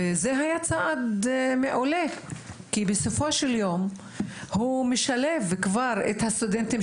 זה היה צעד מעולה כי בסופו של יום הוא משלב כבר את הסטודנטים,